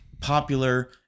popular